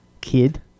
kid